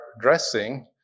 dressing